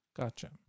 Gotcha